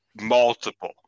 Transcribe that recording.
multiple